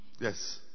Yes